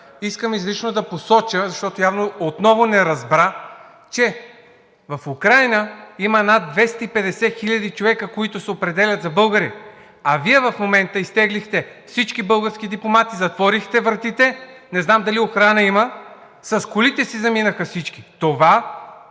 искам изрично да посоча, защото, явно, отново не разбра, че в Украйна има над 250 хиляди човека, които се определят за българи, а Вие в момента изтеглихте всички български дипломати, затворихте вратите – не знам дали охрана има, с колите си заминаха всички. Това е